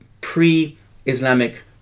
pre-Islamic